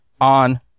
on